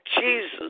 Jesus